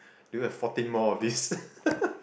we need like fourteen more of this